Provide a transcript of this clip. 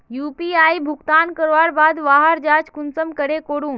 UPI भुगतान करवार बाद वहार जाँच कुंसम करे करूम?